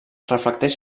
reflecteix